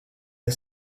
the